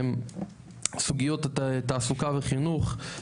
סוגיות תעסוק וחינוך,